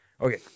Okay